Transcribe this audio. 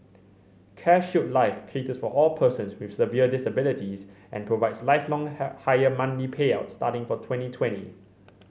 CareShield Life caters for all persons with severe disabilities and provides lifelong higher monthly payouts starting from twenty twenty